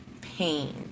pain